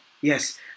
Yes